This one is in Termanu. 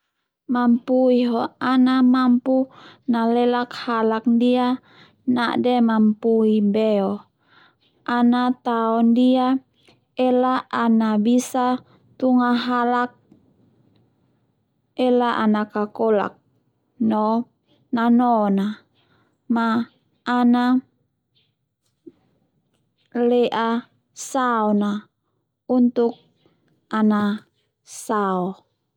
Mampui ho ana mampu nalelak halak ndia na'de mampui beo, ana tao ndia ela ana bisa tunga halak ela ana kakolak no nano a ma ana le'a saon a untuk ana sao.